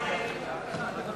הצעת סיעת